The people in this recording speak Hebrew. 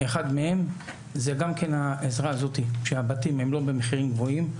אחד מהם זה גם כן העזרה הזאת שהבתים הם לא במחירים גבוהים,